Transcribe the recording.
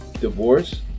divorce